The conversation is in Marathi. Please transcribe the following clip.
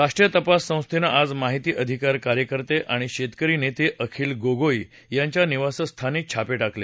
राष्ट्रीय तपास संस्थेनं आज माहिती अधिकार कार्यकर्ते आणि शेतकरी नेते अखिल गोगोई यांच्या निवासस्थानी छापे टाकले